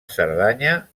cerdanya